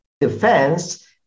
defense